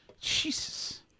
Jesus